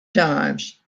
times